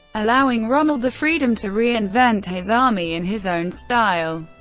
allowing rommel the freedom to reinvent his army in his own style.